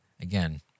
again